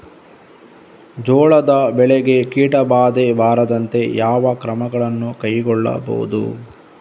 ಜೋಳದ ಬೆಳೆಗೆ ಕೀಟಬಾಧೆ ಬಾರದಂತೆ ಯಾವ ಕ್ರಮಗಳನ್ನು ಕೈಗೊಳ್ಳಬಹುದು?